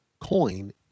coin